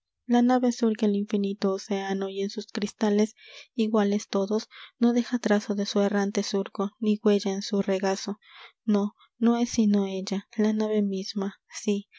la nave surca el infinito océano y en sus cristales iguales todos no deja trazo de su errante surco ni huella en su regazo no no es sino ella la nave misma sí